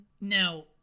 Now